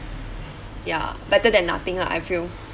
ya better than nothing lah I feel